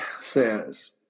says